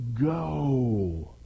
go